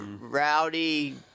rowdy